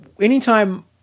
anytime